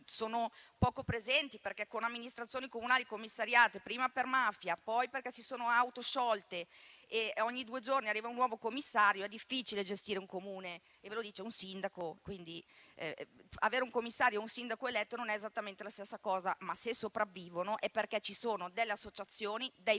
sono poco presenti - perché con Amministrazioni comunali commissariate prima per mafia, poi perché auto-sciolte, dove ogni due giorni arriva un nuovo commissario, è difficile gestire un Comune e ve lo dice un sindaco, perché avere un commissario o un sindaco eletto non è esattamente la stessa cosa - è perché ci sono associazioni, volontari